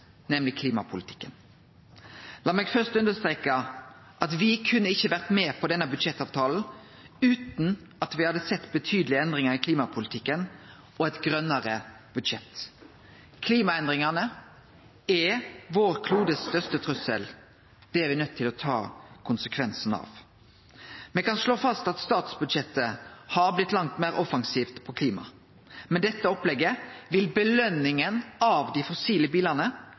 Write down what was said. nemleg klimapolitikken. La meg først understreke at me ikkje kunne ha vore med på denne budsjettavtalen utan at me hadde sett betydelege endringar i klimapolitikken og eit grønare budsjett. Klimaendringane er den største trusselen for kloden vår. Det er me nøydde til å ta konsekvensen av. Me kan slå fast at statsbudsjettet har blitt langt meir offensivt på klima. Med dette opplegget vil påskjøninga av dei fossile bilane,